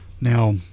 Now